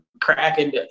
cracking